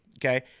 Okay